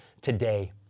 today